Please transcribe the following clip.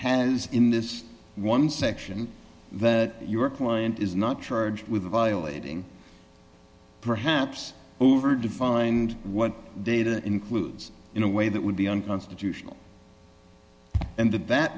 has in this one section that your client is not charged with violating perhaps over defined what data includes in a way that would be unconstitutional and that that